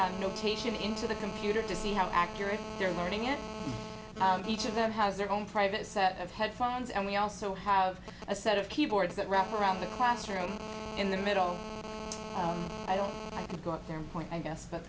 play notation into the computer to see how accurate their learning in each of them has their own private set of headphones and we also have a set of keyboards that wrap around the classroom in the middle i don't go up there and point i guess but